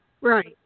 right